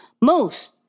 Moose